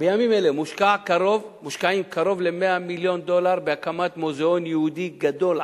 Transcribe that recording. בימים אלו מושקעים קרוב ל-100 מיליון דולר בהקמת מוזיאון יהודי גדול,